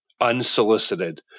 unsolicited